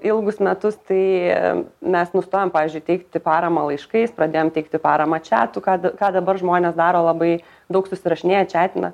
ilgus metus tai mes nustojam pavyzdžiui teikti paramą laiškais pradėjom teikti paramą čiatu ką ką dabar žmonės daro labai daug susirašinėja čiatina